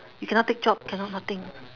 you cannot take job cannot nothing